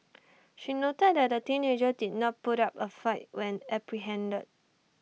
she noted that the teenager did not put up A fight when apprehended